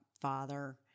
father